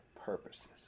purposes